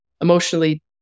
emotionally